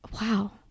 wow